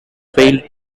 failed